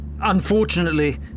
Unfortunately